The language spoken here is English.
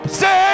say